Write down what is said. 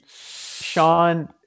Sean